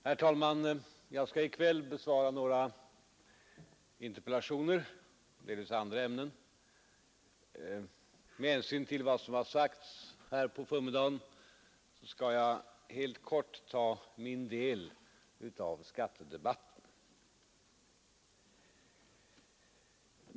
Herr talman! Jag skall i kväll besvara några interpellationer i delvis andra ämnen. Med hänsyn till vad som sagts under förmiddagen skall jag helt kort ta min del av skattedebatten.